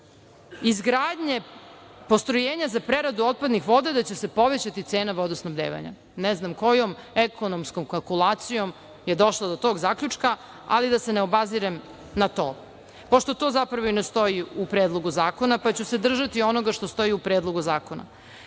izgradnje postrojenja za preradu otpadnih voda će se povećati cena vodosnabdevanja. Ne znam kojom ekonomskom kalkulacijom je došlo do tog zaključka, ali da se ne obazirem na to, pošto to zapravo i ne stoji u Predlogu zakona, pa ću se držati onoga što stoji u Predlogu